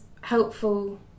helpful